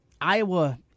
Iowa